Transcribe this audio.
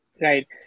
right